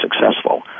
successful